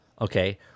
okay